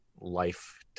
life